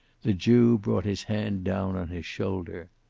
the jew brought his hand down on his shoulder.